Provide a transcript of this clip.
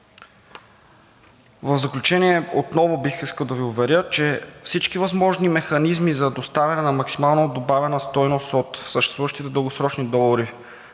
В заключение отново бих искал да Ви уверя, че всички възможни механизми за доставяне на максимално добавена стойност от съществуващите дългосрочни договори,